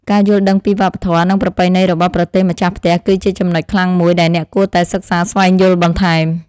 ការយល់ដឹងពីវប្បធម៌និងប្រពៃណីរបស់ប្រទេសម្ចាស់ផ្ទះគឺជាចំណុចខ្លាំងមួយដែលអ្នកគួរតែសិក្សាស្វែងយល់បន្ថែម។